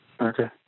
Okay